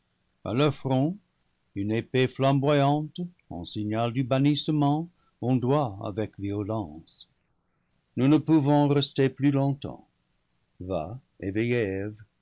leur front une épée flamboyante en signai du bannissement ondoie avec violence nous ne pouvons rester plus longtemps va éveiller